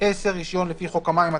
(10)רישיון לפי חוק המים,